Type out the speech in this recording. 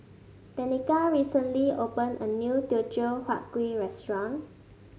Tenika recently opened a new Teochew Huat Kuih restaurant